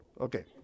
Okay